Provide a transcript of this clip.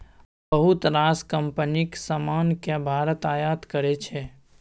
बहुत रास कंपनीक समान केँ भारत आयात करै छै